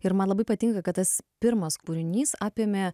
ir man labai patinka kad tas pirmas kūrinys apėmė